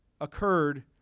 occurred